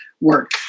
work